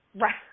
Right